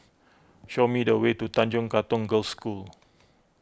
show me the way to Tanjong Katong Girls' School